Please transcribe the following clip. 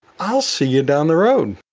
i'll see you down the road.